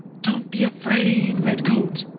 don't be afraid, redcoat,